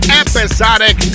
episodic